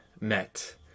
met